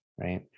right